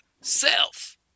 self